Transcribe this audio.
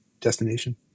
destination